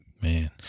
Man